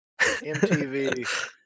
MTV